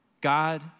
God